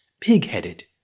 Pig-headed